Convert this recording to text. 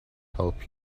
help